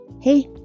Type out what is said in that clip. Hey